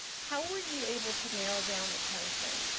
how were you able to narrow down the time frame?